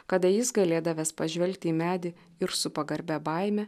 kada jis galėdavęs pažvelgti į medį ir su pagarbia baime